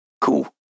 cool